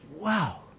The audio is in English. Wow